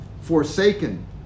forsaken